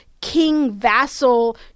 king-vassal